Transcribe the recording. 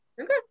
Okay